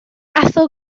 athro